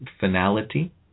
finality